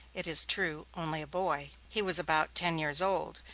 it is true, only a boy. he was about ten years old.